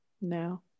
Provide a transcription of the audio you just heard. no